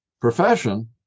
profession